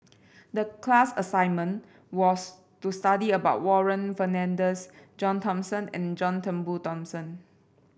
the class assignment was to study about Warren Fernandez John Thomson and John Turnbull Thomson